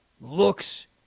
looks